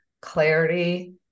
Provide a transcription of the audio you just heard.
clarity